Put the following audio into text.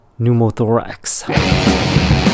pneumothorax